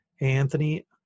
Anthony